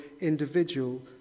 individual